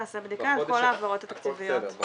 תעשה בדיקה על כל העברות התקציביות,